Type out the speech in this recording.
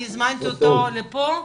אני הזמנתי אותו לפה,